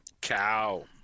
Cow